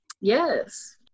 yes